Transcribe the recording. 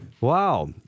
Wow